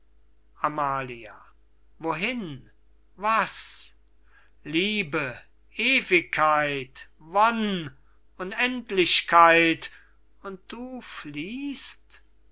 amalia wohin was liebe ewigkeit wonn unendlichkeit und du fliehst